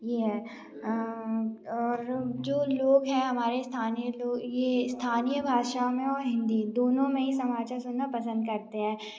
ये है और जो लोग हैं हमारे स्थानीय लोग ये स्थानीय भाषा में और हिन्दी दोनों मे ही समाचार सुनना पसंद करते हैं